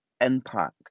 impact